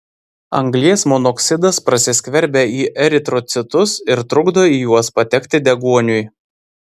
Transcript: anglies monoksidas prasiskverbia į eritrocitus ir trukdo į juos patekti deguoniui